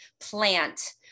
plant